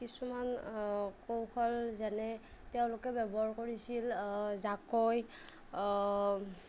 কিছুমান কৌশল যেনে তেওঁলোকে ব্যৱহাৰ কৰিছিল জাকৈ